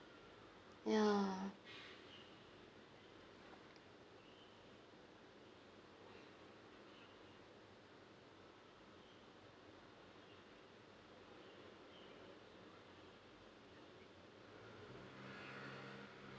ya